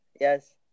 yes